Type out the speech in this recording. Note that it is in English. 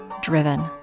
driven